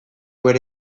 bera